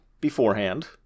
beforehand